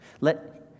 Let